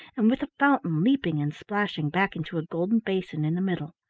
and with a fountain leaping and splashing back into a golden basin in the middle.